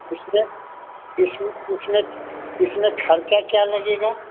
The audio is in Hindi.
इसमें इसमें इसमें इसमें खर्चा क्या लगेगा